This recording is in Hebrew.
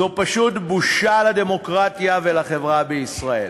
זו פשוט בושה לדמוקרטיה ולחברה בישראל.